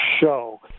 show